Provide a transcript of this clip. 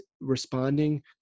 responding